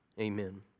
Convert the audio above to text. Amen